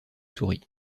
sourit